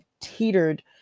teetered